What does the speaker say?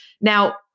Now